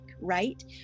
right